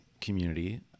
community